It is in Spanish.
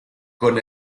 con